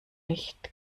nicht